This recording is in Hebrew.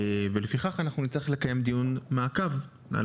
לפיכך אנחנו נצטרך לקיים דיון מעקב על